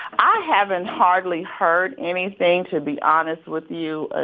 i haven't hardly heard anything, to be honest with you.